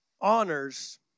honors